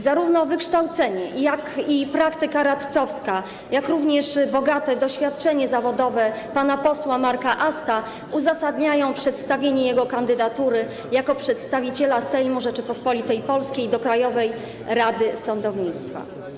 Zarówno wykształcenie, jak i praktyka radcowska, a także bogate doświadczenie zawodowe pana posła Marka Asta uzasadniają przedstawienie jego kandydatury jako przedstawiciela Sejmu Rzeczypospolitej Polskiej do Krajowej Rady Sądownictwa.